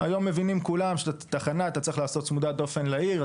היום כולם מבינים שאת התחנה צריך לבנות צמודת דופן לעיר,